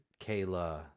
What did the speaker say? Kayla